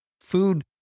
Food